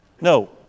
No